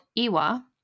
Iwa